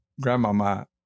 grandmama